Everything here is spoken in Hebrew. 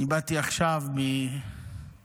אני באתי עכשיו מבצלאל,